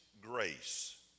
grace